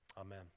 amen